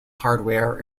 hardware